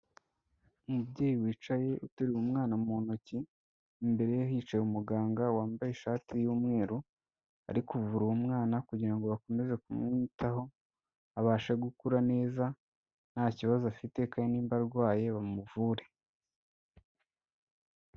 Umubyeyi wicaye uteruye umwana mu ntoki, imbere ye hicaye umuganga wambaye ishati y'umweru, ari kuvura uwo mwana kugira ngo bakomeze kumwitaho, abashe gukura neza nta kibazo afite, kandi nimba arwaye bamuvure.